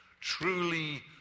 Truly